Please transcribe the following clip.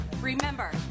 Remember